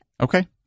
Okay